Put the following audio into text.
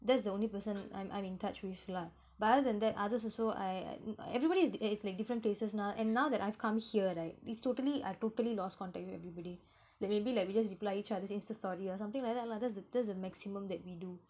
that's the only person I'm I'm in touch with lah but other than that others also I I everybody is d~ is like different places now and now that I've come here right it's totally I totally lost contact with everybody like maybe like we just reply each other's insta story or something like that lah that's the that's the maximum that we do